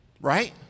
right